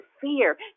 fear